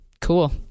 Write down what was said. cool